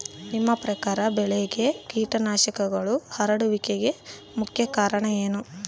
ನಿಮ್ಮ ಪ್ರಕಾರ ಬೆಳೆಗೆ ಕೇಟನಾಶಕಗಳು ಹರಡುವಿಕೆಗೆ ಮುಖ್ಯ ಕಾರಣ ಏನು?